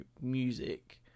music